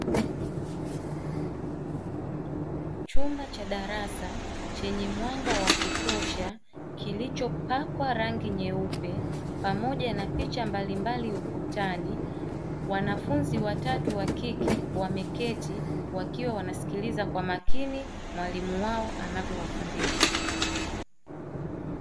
Chumba cha darasa chenye mwanga wa kutosha kilichopakwa rangi nyeupe pamoja na picha mbalimbali ukutani. Wanafunzi watatu wa kike wameketi wakiwa wanasikiliza kwa makini mwalimu wao anavyowafundisha.